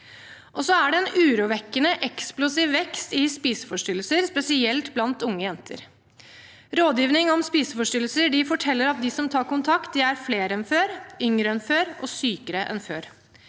Det er en urovekkende, eksplosiv vekst i spiseforstyrrelser, spesielt blant unge jenter. Rådgivning om spiseforstyrrelser forteller at de som tar kontakt, er flere enn før, yngre enn før og sykere enn før.